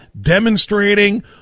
demonstrating